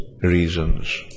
reasons